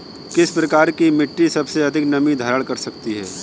किस प्रकार की मिट्टी सबसे अधिक नमी धारण कर सकती है?